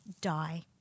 die